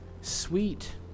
sweet